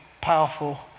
powerful